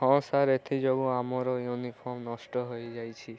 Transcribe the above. ହଁ ସାର୍ ଏଥି ଯୋଗୁଁ ଆମର ୟୁନିଫର୍ମ୍ ନଷ୍ଟ ହୋଇଯାଉଛି